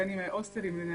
בין אם זה הוסטלים לנערות,